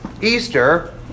Easter